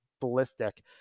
ballistic